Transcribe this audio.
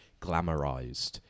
glamorized